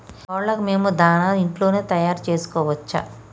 కోళ్లకు మేము దాణా ఇంట్లోనే తయారు చేసుకోవచ్చా?